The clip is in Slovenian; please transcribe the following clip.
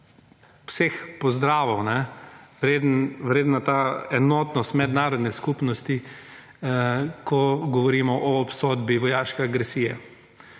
vseh pozdravov vredna ta enotnost mednarodne skupnosti, ko govorimo o obsodbi vojaške agresije.